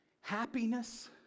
Happiness